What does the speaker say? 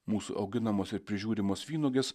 mūsų auginamos ir prižiūrimos vynuogės